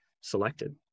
selected